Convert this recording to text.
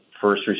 first